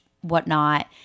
whatnot